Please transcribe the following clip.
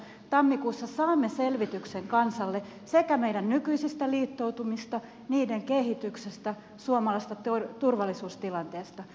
tammikuussa saamme selvityksen kansalle meidän nykyisistä liittoutumistamme niiden kehityksestä suomalaisesta turvallisuustilanteesta